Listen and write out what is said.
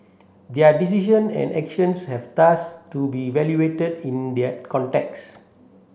their decision and actions have thus to be evaluated in their context